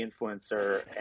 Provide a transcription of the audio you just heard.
influencer